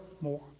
more